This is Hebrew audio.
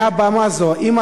מעל במה זאת,